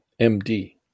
MD